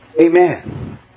Amen